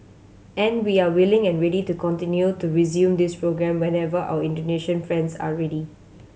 and we are willing and ready to continue to resume this programme whenever our Indonesian friends are ready